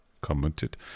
Commented